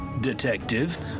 detective